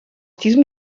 diesem